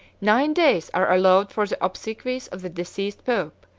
nine days are allowed for the obsequies of the deceased pope,